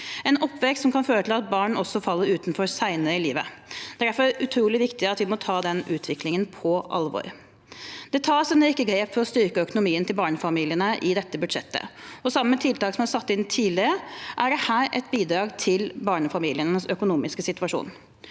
en oppvekst som kan føre til at barn også faller utenfor seinere i livet. Det er derfor utrolig viktig at vi tar den utviklingen på alvor. Det tas en rekke grep for å styrke barnefamilienes økonomi i dette budsjettet. Sammen med tiltak som er satt inn tidligere, er dette et stort bidrag til barnefamilienes økonomiske situasjon.